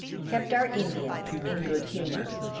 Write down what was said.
kept our indians in good humor.